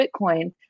Bitcoin